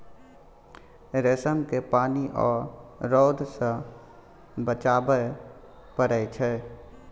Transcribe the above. रेशम केँ पानि आ रौद सँ बचाबय पड़इ छै